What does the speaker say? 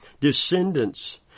descendants